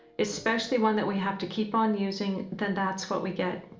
especially one that we have to keep on using, then that's what we get.